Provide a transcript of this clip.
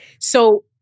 So-